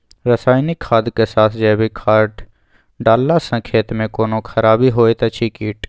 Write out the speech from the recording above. रसायनिक खाद के साथ जैविक खाद डालला सॅ खेत मे कोनो खराबी होयत अछि कीट?